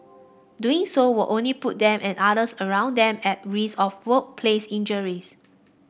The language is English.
doing so will only put them and others around them at risk of workplace injuries